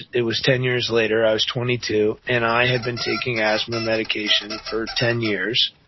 it was ten years later, i was twenty two, and i had been taking asthma medication for ten years.